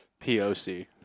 P-O-C